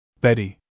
Betty